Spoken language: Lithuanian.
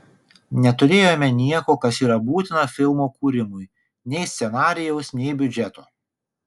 neturėjome nieko kas yra būtina filmo kūrimui nei scenarijaus nei biudžeto